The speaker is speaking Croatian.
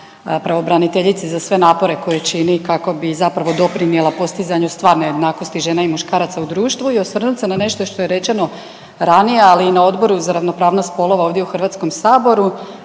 pravobraniteljici za sve napore koje čini kako bi zapravo doprinijela postizanju stvarne jednakosti žene i muškaraca u društvu i osvrnut se na nešto što je rečeno ranije, ali i na odboru za ravnopravnost spolova ovdje u HS-u, a